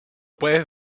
puedes